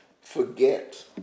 forget